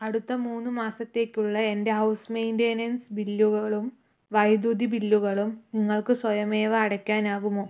അടുത്ത മൂന്നു മാസത്തേക്കുള്ള എൻ്റെ ഹൗസ് മെയിൻ്റെനൻസ് ബില്ലുകളും വൈദ്യുതി ബില്ലുകളും നിങ്ങൾക്ക് സ്വയമേവ അടയ്ക്കാനാകുമോ